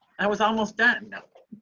i was almost done.